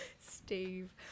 Steve